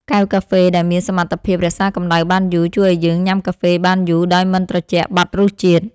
កែវកាហ្វេ ដែលមានសមត្ថភាពរក្សាកម្ដៅបានយូរ ជួយឱ្យយើងញ៉ាំកាហ្វេបានយូរដោយមិនត្រជាក់បាត់រសជាតិ។